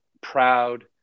proud